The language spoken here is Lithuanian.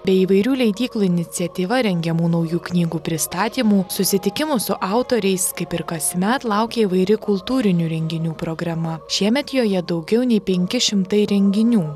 bei įvairių leidyklų iniciatyva rengia temų naujų knygų pristatymų susitikimų su autoriais kaip ir kasmet laukia įvairi kultūrinių renginių programa šiemet joje daugiau nei penki šimtai renginių